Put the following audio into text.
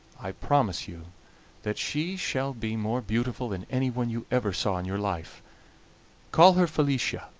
i promise you that she shall be more beautiful than anyone you ever saw in your life call her felicia,